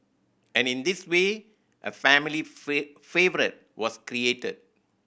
and in this way a family favourite was created